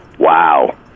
Wow